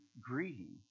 greeting